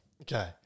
Okay